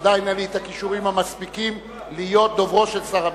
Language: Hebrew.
עדיין אין לי הכישורים המספיקים להיות דוברו של שר הביטחון.